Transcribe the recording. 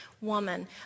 woman